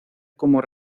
como